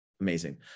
Amazing